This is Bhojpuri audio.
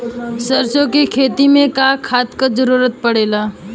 सरसो के खेती में का खाद क जरूरत पड़ेला?